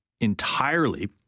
entirely